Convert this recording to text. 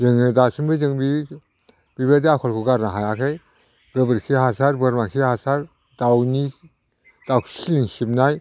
जोङो दासिमबो जों बि बेबायदि आखलखौ गारनो हायाखै गोबोरखि हासार बोरमाखि हासार दाउनि दाउखि सिलिं सिबनाय